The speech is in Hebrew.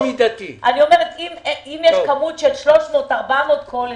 יש כמות של 300, 400 כוללים,